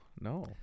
No